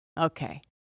Okay